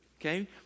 Okay